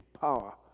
power